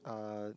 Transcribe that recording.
uh